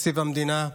תקציב המדינה,